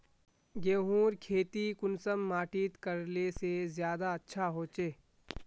गेहूँर खेती कुंसम माटित करले से ज्यादा अच्छा हाचे?